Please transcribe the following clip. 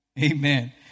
Amen